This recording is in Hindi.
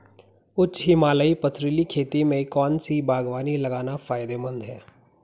उच्च हिमालयी पथरीली खेती में कौन सी बागवानी लगाना फायदेमंद है?